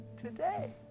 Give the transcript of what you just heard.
today